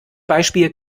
beispiel